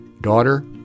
Daughter